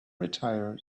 retire